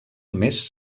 més